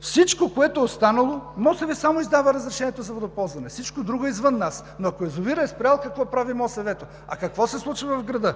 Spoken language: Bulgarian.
Всичко, което е останало… МОСВ само издава разрешението за водоползване. Всичко друго е извън нас. Но, ако язовирът е спрял, какво прави МОСВ-то? А какво се случва в града?